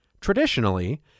Traditionally